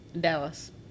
Dallas